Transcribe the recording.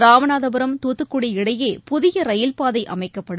ராமநாதபுரம் தூத்துக்குடி இடையே புதியரயில்பாதைஅமைக்கப்படும்